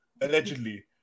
allegedly